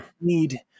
need